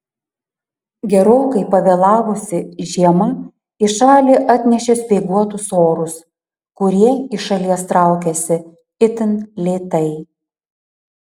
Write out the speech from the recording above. gerokai pavėlavusi žiema į šalį atnešė speiguotus orus kurie iš šalies traukiasi itin lėtai